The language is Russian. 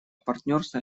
партнерство